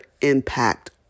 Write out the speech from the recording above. impact